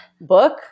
book